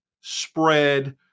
spread